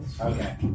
Okay